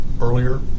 earlier